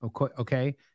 okay